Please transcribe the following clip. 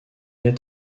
est